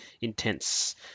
intense